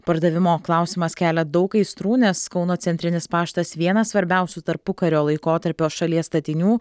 pardavimo klausimas kelia daug aistrų nes kauno centrinis paštas vienas svarbiausių tarpukario laikotarpio šalies statinių